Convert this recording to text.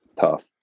tough